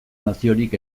naziorik